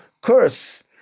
curse